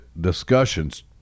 discussions